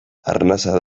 arnasa